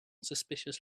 suspicious